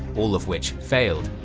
all of which failed.